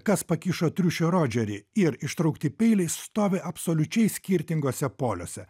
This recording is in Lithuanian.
kas pakišo triušį rodžerį ir ištraukti peiliai stovi absoliučiai skirtinguose poliuose